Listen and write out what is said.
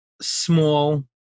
small